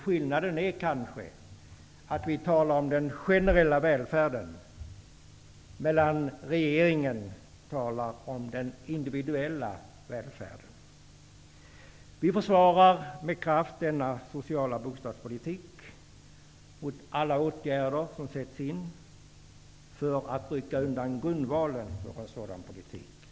Skillnaden är kanske att vi talar om den generella välfärden, medan regeringen talar om den individuella välfärden. Vi försvarar med kraft denna sociala bostadspolitik mot alla åtgärder som sätts in för att rycka undan grundvalen för en sådan politik.